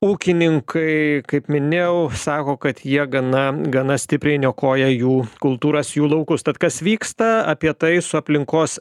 ūkininkai kaip minėjau sako kad jie gana gana stipriai niokoja jų kultūras jų laukus tad kas vyksta apie tai su aplinkos